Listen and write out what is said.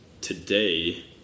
today